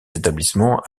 établissements